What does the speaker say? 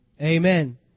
amen